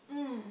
mm